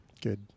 Good